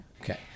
Okay